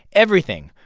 everything.